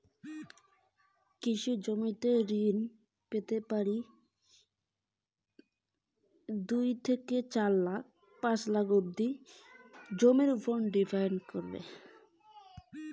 কত টাকা অবধি ঋণ পেতে পারি কৃষি জমির উপর?